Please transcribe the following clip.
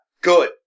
good